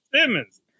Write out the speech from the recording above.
Simmons